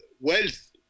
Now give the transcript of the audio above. wealth